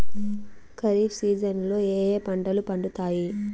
ఖరీఫ్ సీజన్లలో ఏ ఏ పంటలు పండుతాయి